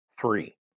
Three